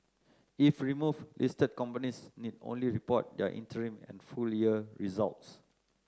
if removed listed companies need only report their interim and full year results